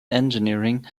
engineering